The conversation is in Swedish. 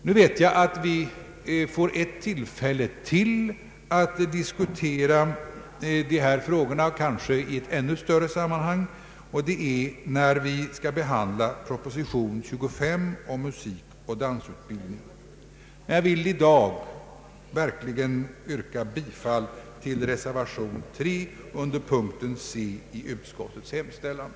Nu vet jag att vi får ytterligare ett tillfälle att diskutera dessa frågor, kanske i ett ännu större sammanhang, nämligen när vi skall behandla proposition 25 om musikoch dansutbildning. Men jag vill i dag verkligen yrka bifall till reservation III vid punkten C i utskottets utlåtande.